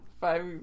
five